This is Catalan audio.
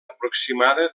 aproximada